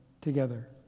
together